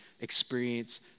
experience